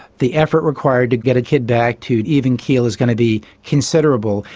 the effort required to get a kid back to even keel is going to be considerable,